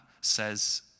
says